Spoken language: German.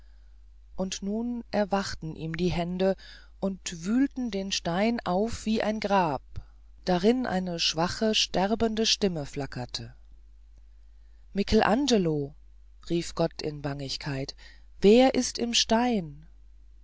und nun erwachten ihm die hände und wühlten den stein auf wie ein grab darin eine schwache sterbende stimme flackert michelan gelo rief gott in bangigkeit wer ist im stein